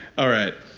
all right.